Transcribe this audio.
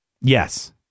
Yes